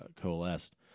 coalesced